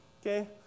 Okay